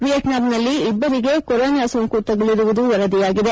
ವಿಯೆಟ್ನಾಂನಲ್ಲಿ ಇಬ್ಬರಿಗೆ ಕೊರೋನಾ ಸೋಂಕು ತಗುಲಿರುವುದಾಗಿ ವರದಿಯಾಗಿದೆ